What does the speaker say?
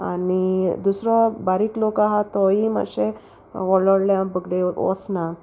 आनी दुसरो बारीक लोक आहा तोय मातशें व्होड व्होडल्यां बोगले वोसना